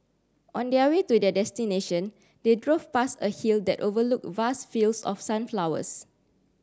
on their way to their destination they drove past a hill that overlooked vast fields of sunflowers